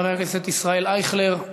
חבר הכנסת ישראל אייכלר.